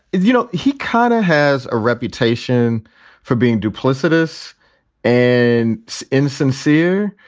you know, he kind of has a reputation for being duplicitous and insincere.